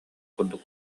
курдук